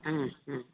ആ ആ